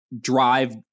Drive